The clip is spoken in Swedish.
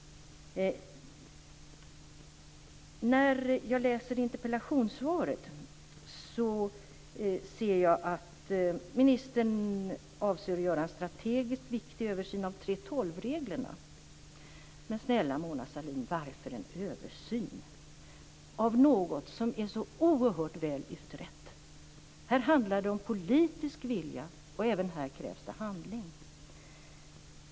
När jag läser interpellationssvaret ser jag att ministern avser att göra en strategiskt viktig översyn av 3:12-reglerna. Men, snälla Mona Sahlin, varför en översyn av något som är så oerhört väl utrett? Här handlar det om politisk vilja, och även här krävs det handling.